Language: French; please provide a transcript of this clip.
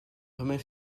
premier